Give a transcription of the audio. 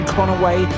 Conaway